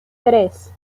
tres